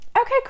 okay